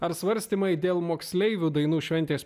ar svarstymai dėl moksleivių dainų šventės